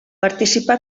participà